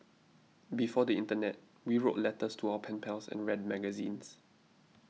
before the internet we wrote letters to our pen pals and read magazines